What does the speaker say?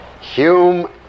Hume